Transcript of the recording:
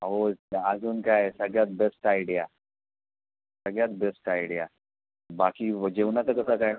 अहो अजून काय सगळ्यात बेस्ट आयडिया सगळ्यात बेस्ट आयडिया बाकी व जेवणाचं कसं काय